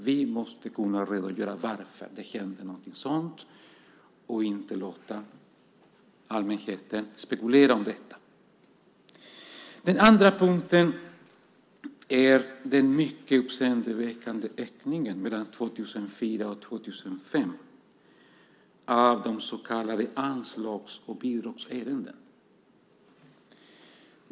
Vi måste kunna redogöra för varför något sådant händer och inte låta allmänheten spekulera om detta. Den andra punkten handlar om den mycket uppseendeväckande ökningen mellan 2004 och 2005 av de så kallade anslags och bidragsärendena.